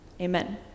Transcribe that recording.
Amen